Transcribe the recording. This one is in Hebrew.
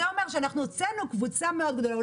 זה אומר שאנחנו מוציאים קבוצה גדולה מאוד,